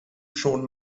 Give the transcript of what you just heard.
schon